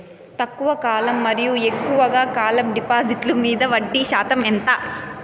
తక్కువ కాలం మరియు ఎక్కువగా కాలం డిపాజిట్లు మీద వడ్డీ శాతం ఎంత?